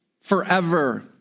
forever